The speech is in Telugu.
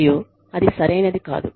మరియు అది సరైనది కాదు